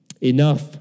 Enough